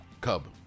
Cub